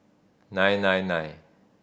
nine nine nine